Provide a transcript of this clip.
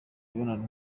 mibonano